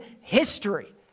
history